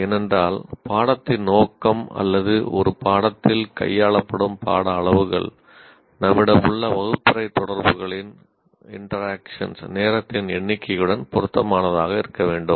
ஏனென்றால் பாடத்தின் நோக்கம் அல்லது ஒரு பாடத்தில் கையாளப்படும் பாட அளவுகள் நம்மிடம் உள்ள வகுப்பறை தொடர்புகளின் நேரத்தின் எண்ணிக்கையுடன் பொருத்தமானதாக இருக்க வேண்டும்